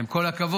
עם כל הכבוד.